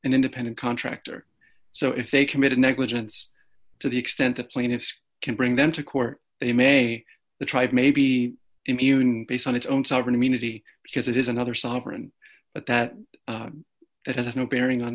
an independent contractor so if they committed negligence to the extent the plaintiffs can bring them to court they may the tribe may be immune based on its own sovereign immunity because it is another sovereign but that it has no bearing on